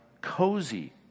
Cozy